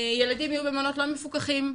ילדים יהיו במעונות לא מפוקחים.